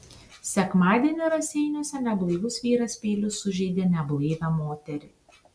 sekmadienį raseiniuose neblaivus vyras peiliu sužeidė neblaivią moterį